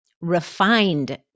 refined